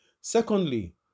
Secondly